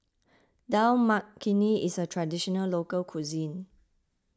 Dal Makhani is a Traditional Local Cuisine